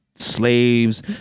slaves